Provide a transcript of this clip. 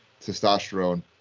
testosterone